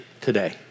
today